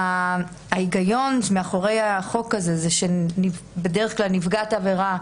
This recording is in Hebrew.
ההיגיון מאחורי החוק הזה שזאת עזרה עבור נפגעת עבירה,